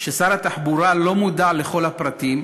ששר התחבורה ישראל כץ לא מודע לכל הפרטים,